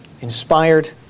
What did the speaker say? inspired